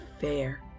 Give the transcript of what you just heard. fair